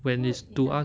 when is to us